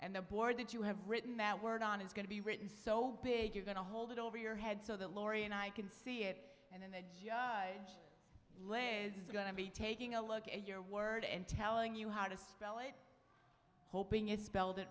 and the board that you have written that word on is going to be written so you're going to hold it over your head so that laurie and i can see it and then the leg is going to be taking a look at your word and telling you how to spell it hoping it spelled it